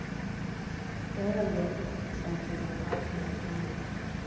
ᱛᱟᱦᱮᱸ ᱠᱟᱱ ᱜᱮᱭᱟ ᱥᱟᱭᱮᱱᱥ ᱱᱤᱭᱮ ᱛᱮᱠᱚ ᱯᱟᱲᱦᱟᱣ ᱦᱚᱪᱚᱧᱟ ᱢᱮᱱᱛᱮ